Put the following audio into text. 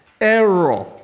error